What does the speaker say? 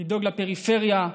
לדאוג לפריפריה,